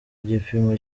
gipimo